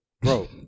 Bro